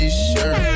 T-shirt